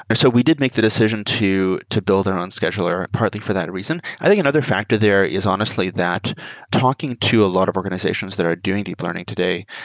and so we did make the decision to to build our on scheduler partly for that reason. i think another factor there is, honestly, that talking to a lot of organizations that are doing deep learning today,